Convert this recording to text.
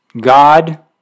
God